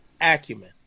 acumen